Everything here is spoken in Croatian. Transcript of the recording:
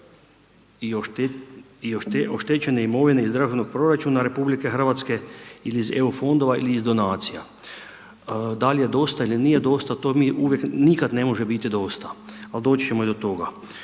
i oštećene imovine iz Državnog proračuna RH ili iz EU fondova ili iz donacija. Da li je dosta ili nije dosta, to mi uvijek, nikad ne može biti dosta, ali doći ćemo i do toga.